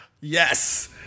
Yes